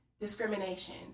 discrimination